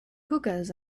hookahs